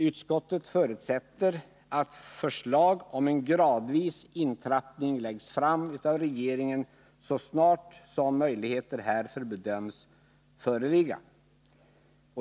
Utskottet förutsätter att förslag om en gradvis intrappning läggs fram av regeringen så snart som möjligheter härför bedöms föreligga.